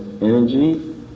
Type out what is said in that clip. energy